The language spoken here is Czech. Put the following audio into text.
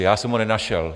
Já jsem ho nenašel.